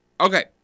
okay